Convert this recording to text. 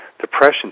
Depression